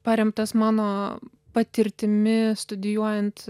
paremtas mano patirtimi studijuojant